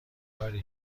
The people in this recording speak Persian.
کاری